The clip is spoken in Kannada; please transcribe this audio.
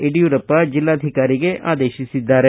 ಯಡಿಯೂರಪ್ಪ ಜಿಲ್ಲಾಧಿಕಾರಿಗೆ ಆದೇಶಿಸಿದ್ದಾರೆ